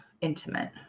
intimate